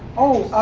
oh.